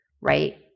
right